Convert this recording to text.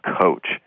coach